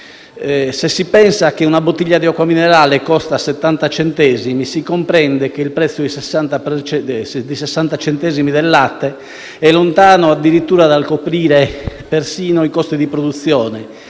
Se si pensa che una bottiglia di acqua minerale costa 70 centesimi si comprende che il prezzo di 60 centesimi al litro per il latte è lontano dal coprire persino i costi di produzione